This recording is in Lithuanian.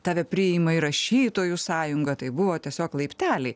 tave priima į rašytojų sąjungą tai buvo tiesiog laipteliai